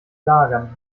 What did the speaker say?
lagern